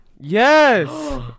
Yes